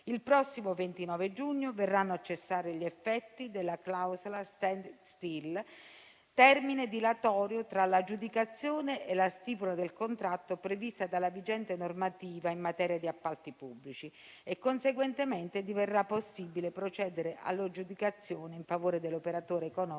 Il prossimo 29 giugno verranno a cessare gli effetti della clausola *stand still*, termine dilatorio tra l'aggiudicazione e la stipula del contratto prevista dalla vigente normativa in materia di appalti pubblici. Conseguentemente, diverrà possibile procedere all'aggiudicazione in favore dell'operatore economico